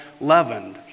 leavened